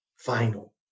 final